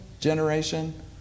generation